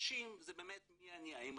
ואנשים זה באמת "מי אני".